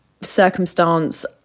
circumstance